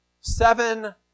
seven